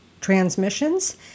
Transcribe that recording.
transmissions